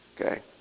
Okay